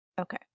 Okay